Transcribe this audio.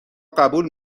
قبول